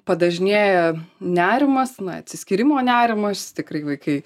padažnėja nerimas na atsiskyrimo nerimas tikrai vaikai